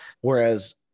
Whereas